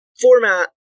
format